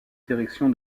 direction